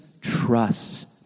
trusts